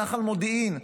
נחל מודיעין,